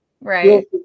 right